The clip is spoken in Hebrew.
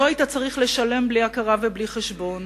לא היית צריך לשלם בלי הכרה ובלי חשבון,